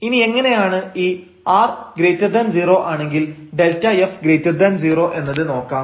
ഇനി എങ്ങനെയാണ് ഈ r 0 ആണെങ്കിൽ Δf 0 എന്നത് നോക്കാം